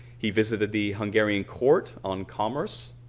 he visited the hungarian court on commerce,